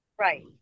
Right